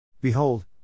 Behold